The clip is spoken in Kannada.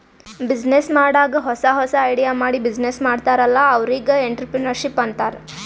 ಬಿಸಿನ್ನೆಸ್ ಮಾಡಾಗ್ ಹೊಸಾ ಹೊಸಾ ಐಡಿಯಾ ಮಾಡಿ ಬಿಸಿನ್ನೆಸ್ ಮಾಡ್ತಾರ್ ಅಲ್ಲಾ ಅವ್ರಿಗ್ ಎಂಟ್ರರ್ಪ್ರಿನರ್ಶಿಪ್ ಅಂತಾರ್